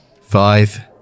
Five